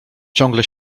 ciągle